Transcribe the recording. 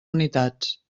unitats